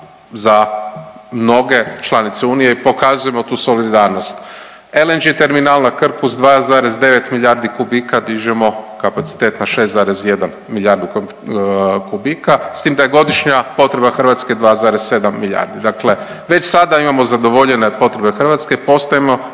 za mnoge članice Unije i pokazujemo tu solidarnost, LNG terminal na Krku s 2,9 milijardi kubika dižemo kapacitet na 6,1 milijardu kubika, s tim da je godišnja potreba Hrvatske 2,7 milijardi. Dakle već sada imamo zadovoljene potrebe Hrvatske. Postajemo